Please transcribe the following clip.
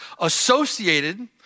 associated